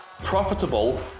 profitable